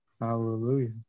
Hallelujah